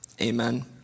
Amen